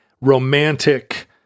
romantic –